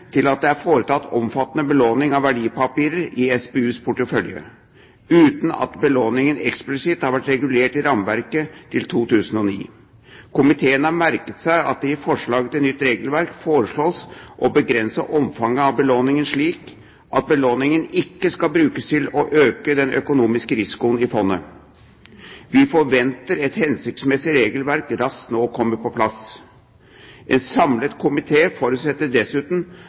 til at det er foretatt omfattende belåning av verdipapirer i SPUs portefølje uten at belåningen eksplisitt har vært regulert i rammeverket fram til 2009. Komiteen har merket seg at det i forslag til nytt regelverk foreslås å begrense omfanget av belåningen slik at belåning ikke skal brukes til å øke den økonomiske risikoen i fondet. Vi forventer at et hensiktsmessig regelverk nå raskt kommer på plass. En samlet komité forutsetter dessuten